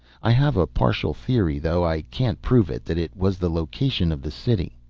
i have a partial theory, though i can't prove it, that it was the location of the city.